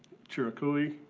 cherukuri